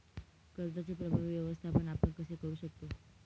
कर्जाचे प्रभावी व्यवस्थापन आपण कसे करु शकतो?